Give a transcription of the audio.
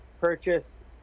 purchase